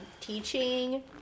teaching